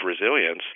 resilience